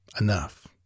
Enough